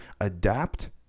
adapt